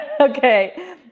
Okay